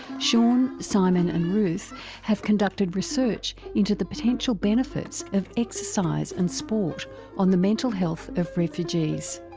shaun, simon and ruth have conducted research into the potential benefits of exercise and sport on the mental health of refugees.